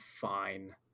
fine